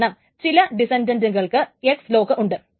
കാരണം ചില ഡിസന്റൻന്റ്കൾക്ക് X ലോക്ക് ഉണ്ട്